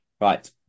Right